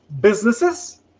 businesses